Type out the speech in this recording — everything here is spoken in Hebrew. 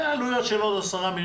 עלויות של עוד עשרה מיליון,